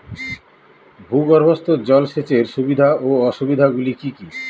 ভূগর্ভস্থ জল সেচের সুবিধা ও অসুবিধা গুলি কি কি?